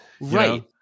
right